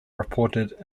reported